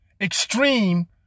extreme